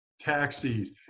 taxis